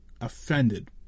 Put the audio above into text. offended